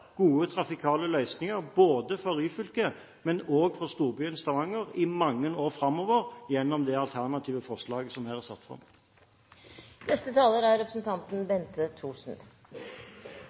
gode trafikale løsninger ikke bare for Ryfylke, men også for storbyen Stavanger i mange år framover gjennom det alternative forslaget som her er satt fram. Nå er